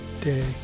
day